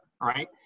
right